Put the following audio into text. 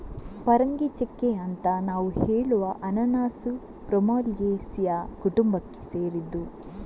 ಪರಂಗಿಚೆಕ್ಕೆ ಅಂತ ನಾವು ಹೇಳುವ ಅನನಾಸು ಬ್ರೋಮೆಲಿಯೇಸಿಯ ಕುಟುಂಬಕ್ಕೆ ಸೇರಿದ್ದು